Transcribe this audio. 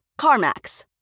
carmax